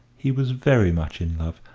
he was very much in love,